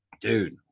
dude